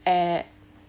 and